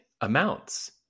amounts